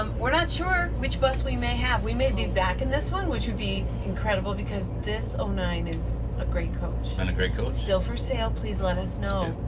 um we're not sure which bus we may have. we may be back in this one, which would be incredible, because this ah nine is a great coach and a great coach still for sale. please let us know.